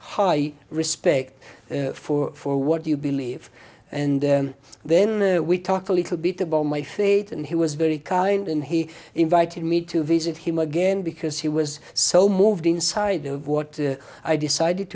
high respect for for what you believe and then we talk a little bit about my fate and he was very kind and he invited me to visit him again because he was so moved inside of what i decided